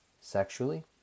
sexually